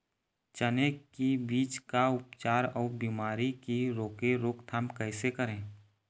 चने की बीज का उपचार अउ बीमारी की रोके रोकथाम कैसे करें?